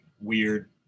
weird